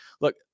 Look